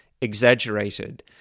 exaggerated